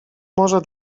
może